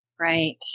Right